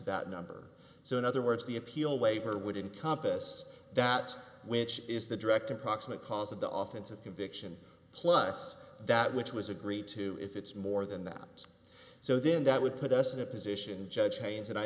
that number so in other words the appeal waiver would encompass that which is the directive proximate cause of the office of conviction plus that which was agreed to if it's more than that so then that would put us in a position judge haynes